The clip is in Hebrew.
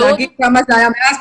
ולהגיד כמה זה היה מאז,